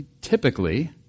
typically